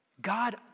God